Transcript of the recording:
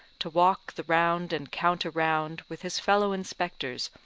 to walk the round and counter-round with his fellow inspectors,